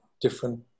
different